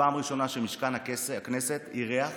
פעם ראשונה שמשכן הכנסת אירח